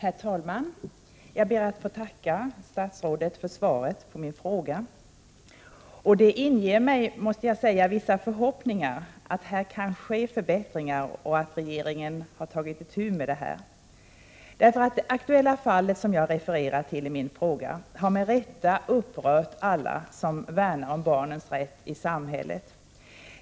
Herr talman! Jag ber att få tacka statsrådet för svaret på min fråga. Svaret inger mig vissa förhoppningar om att det kan ske förbättringar och att regeringen har tagit itu med frågan. Det aktuella fall som jag refererar till i min fråga har med rätta upprört alla som värnar om barnens rätt i samhället.